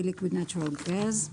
LNG, Liquid natural gas.